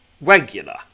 regular